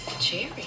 Jerry